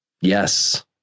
Yes